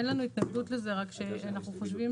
אין לנו התנגדות לזה, רק שאנחנו חושבים